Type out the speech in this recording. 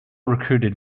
recruited